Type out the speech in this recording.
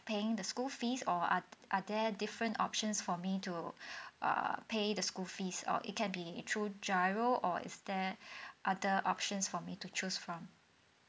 paying the school fees or are are there different options for me to err pay the school fees or it can be it through GIRO or is there other options for me to choose from